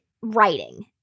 writing